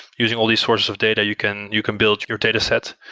using all these sources of data, you can you can build your data set.